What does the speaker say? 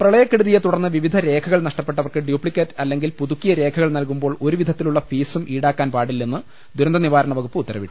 പ്രളയക്കെടുതിയെ തുടർന്ന് വിവിധ രേഖകൾ നഷ്ടപ്പെട്ട വർക്ക് ഡ്യൂപ്ലിക്കേറ്റ് അല്ലെങ്കിൽ പുതുക്കിയ രേഖകൾ നൽകു മ്പോൾ ഒരു വിധത്തിലുള്ള ഫീസും ഈടാക്കാൻ പാടില്ലെന്ന് ദുര ന്തനിവാരണ വകുപ്പ് ഉത്തരവിട്ടു